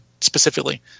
specifically